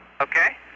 Okay